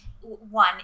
one